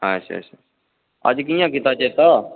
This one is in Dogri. अच्छा अज्ज कियां कीता चेत्ता